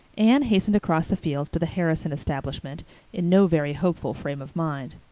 anne hastened across the fields to the harrison establishment in no very hopeful frame of mind.